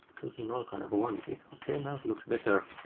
looking all kind of wonky? okay now it looks better.